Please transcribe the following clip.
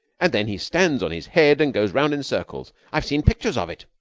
and then he stands on his head and goes round in circles. i've seen pictures of it.